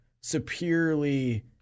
superiorly